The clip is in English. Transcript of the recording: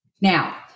Now